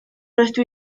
rydw